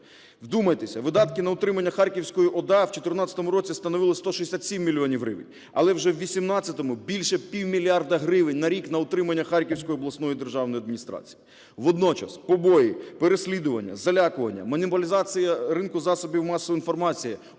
Вдумайтеся, видатки на утримання Харківської ОДА в 14-му році становили 167 мільйонів гривень, але вже в 18-му більше півмільярда гривень на рік на утримання Харківської обласної державної адміністрації. Водночас побої, переслідування, залякування, монополізація ринку засобів масової інформації –